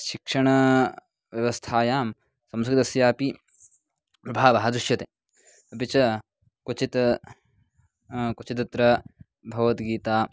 शिक्षणव्यवस्थायां संस्कृतस्यापि प्रभावः दृश्यते अपि च क्वचित् क्वचिदत्र भगवद्गीता